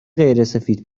غیرسفید